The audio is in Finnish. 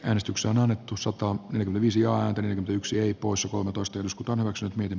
äänestyksen alettu sota on yli viisi ja yksi oli poissa kolmetoista jos kotona lapset miten